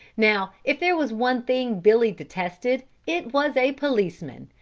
now if there was one thing billy detested, it was a policeman,